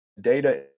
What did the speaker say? data